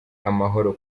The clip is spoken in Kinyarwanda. amahoro